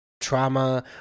trauma